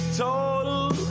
total